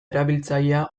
erabiltzailea